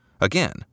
again